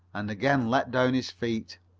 and again let down his feet.